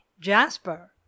Jasper